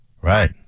right